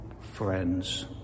friends